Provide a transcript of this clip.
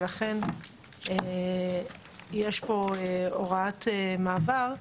ולכן יש פה הוראת מעבר,